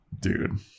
dude